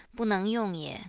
bu neng yong ye.